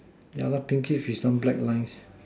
yeah pinkish with some black lines